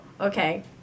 okay